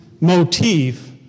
motif